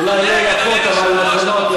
אולי לא יפות אבל נכונות,